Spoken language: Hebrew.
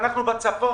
בצפון.